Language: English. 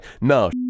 no